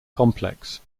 complex